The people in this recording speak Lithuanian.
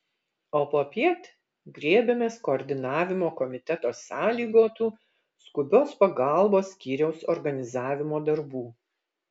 o popiet griebėmės koordinavimo komiteto sąlygotų skubios pagalbos skyriaus organizavimo darbų